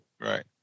right